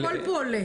הכול פה עולה.